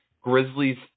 Grizzlies